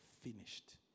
finished